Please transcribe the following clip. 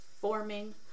forming